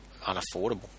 unaffordable